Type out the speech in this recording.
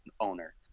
owner